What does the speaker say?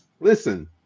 listen